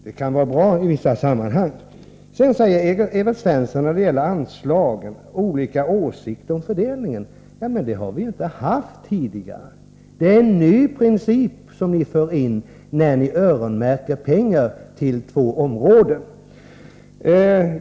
Det kan vara bra i vissa sammanhang. Olika åsikter om fördelningen av anslagen har vi inte haft tidigare. Det är en ny princip som ni för in, när ni öronmärker pengar till två områden.